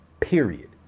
period